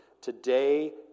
Today